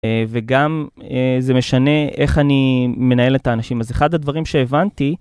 וגם זה משנה איך אני מנהל את האנשים. אז אחד הדברים שהבנתי...